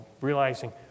realizing